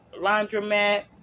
laundromat